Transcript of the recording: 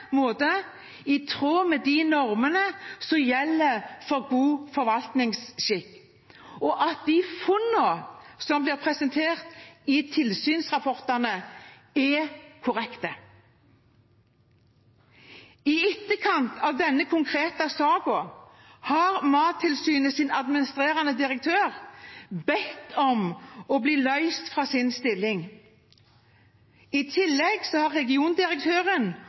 i tråd med de normene som gjelder for god forvaltningsskikk, og at de funnene som blir presentert i tilsynsrapportene, er korrekte. I etterkant av denne konkrete saken har Mattilsynets administrerende direktør bedt om å bli løst fra sin stilling. I tillegg har regiondirektøren